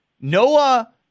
Noah